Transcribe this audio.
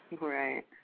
Right